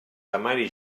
temari